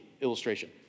illustration